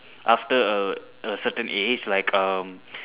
after a a certain age like um